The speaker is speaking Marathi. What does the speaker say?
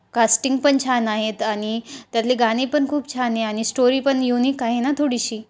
कास्टिंग पण छान आहेत आणि त्यातले गाणे पण खूप छान आहे आणि स्टोरी पण युनिक आहे ना थोडीशी